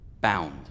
bound